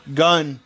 gun